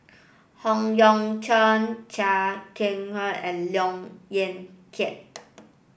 Howe Yoon Chong Chia Keng Hock and Look Yan Kit